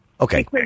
Okay